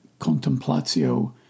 contemplatio